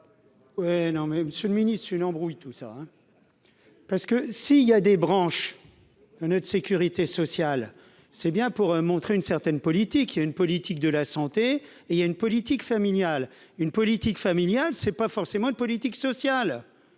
Ouais, non mais Monsieur le Ministre, une embrouille tout ça hein. Parce que si il y a des branches notre sécurité sociale, c'est bien pour montrer une certaine politique il y a une politique de la santé et il y a une politique familiale une politique familiale, c'est pas forcément une politique sociale,